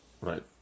Right